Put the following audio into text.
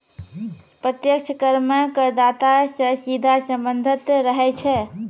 प्रत्यक्ष कर मे करदाता सं सीधा सम्बन्ध रहै छै